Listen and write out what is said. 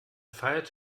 feiert